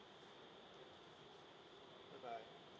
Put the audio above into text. goodbye